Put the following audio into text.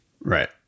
Right